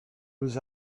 was